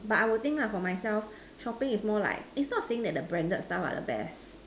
but I will think for myself shopping is more like is not saying the branded stuff are the best